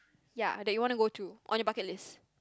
ya that you want to go through on your bucket list